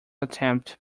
attempt